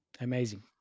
amazing